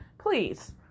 Please